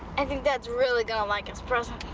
i think dad's really going to like his present.